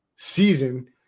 season